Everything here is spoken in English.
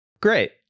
Great